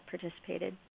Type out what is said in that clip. participated